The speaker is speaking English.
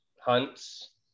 hunts